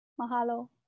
Mahalo